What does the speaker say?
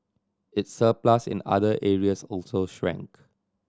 its surplus in other areas also shrank